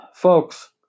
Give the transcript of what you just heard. Folks